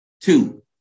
Two